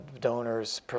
donors